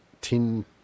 tin